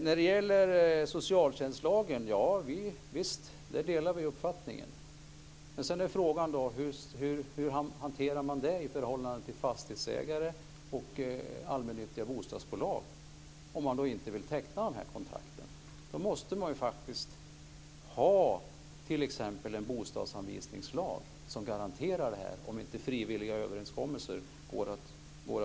När det gäller socialtjänstlagen har vi samma uppfattning, men sedan är frågan hur man hanterar det i förhållande till fastighetsägare och allmännyttiga bostadsbolag. Om man inte vill teckna sådana här kontrakt behövs det t.ex. en bostadsanvisningslag som garanterar detta om frivilliga överenskommelser inte kan nås.